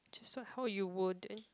just like how you would